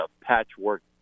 patchwork